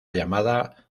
llamada